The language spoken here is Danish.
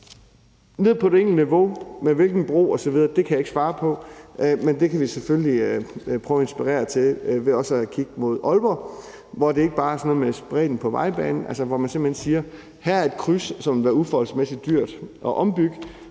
nede på det enkelte niveau og hvilken bro osv. er noget, som jeg ikke kan svare på, men det kan vi selvfølgelig prøver at lade os inspirere til ved også at kigge mod Aalborg, hvor det ikke bare er sådan noget med bredden på vejbanen, altså hvor man siger, at her er et kryds, som vil være uforholdsmæssig dyrt at ombygge,